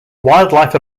wildlife